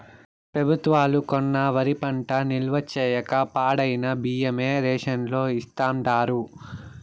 పెబుత్వాలు కొన్న వరి పంట నిల్వ చేయక పాడైన బియ్యమే రేషన్ లో ఇస్తాండారు